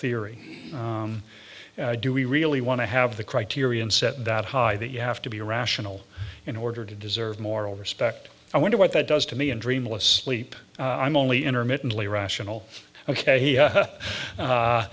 theory do we really want to have the criterion set that high that you have to be irrational in order to deserve moral respect i wonder what that does to me and dreamless sleep i'm only intermittently rational